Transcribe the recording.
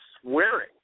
swearing